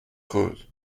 creuse